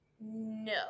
No